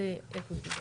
זה equity based.